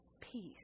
peace